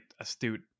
astute